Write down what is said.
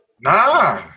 Nah